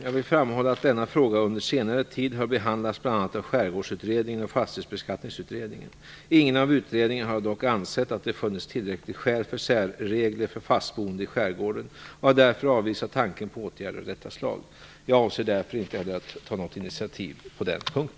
Jag vill framhålla att denna fråga under senare tid har behandlats bl.a. av Skärgårdsutredningen och Fastighetsbeskattningsutredningen. Ingen av utredningarna har dock ansett att det funnits tillräckliga skäl för särregler för fastboende i skärgården och har därför avvisat tanken på åtgärder av detta slag. Jag avser därför inte heller att ta något initiativ på denna punkt.